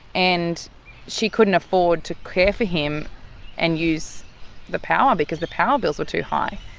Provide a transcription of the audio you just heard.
and she couldn't afford to care for him and use the power, because the power bills were too high.